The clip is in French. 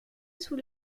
sous